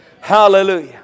hallelujah